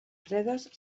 fredes